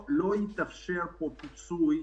שלא יתאפשר פה פיצוי,